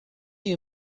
you